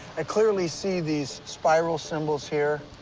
i clearly see these spiral symbols here.